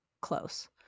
close